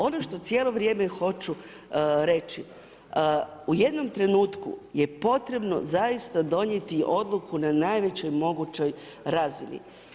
Ono što cijelo vrijeme hoću reći, u jednom trenutku je potrebno zaista donijeti odluku na najvećoj mogućoj razini.